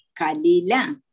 kalila